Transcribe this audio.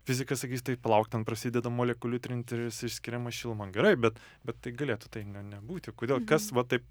fizikas sakys tai palauk ten prasideda molekulių trintis išskiriama šiluma gerai bet bet tai galėtų tai ne ne nebūti kodėl kas va taip